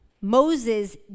Moses